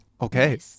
Okay